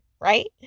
Right